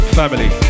family